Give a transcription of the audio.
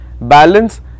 Balance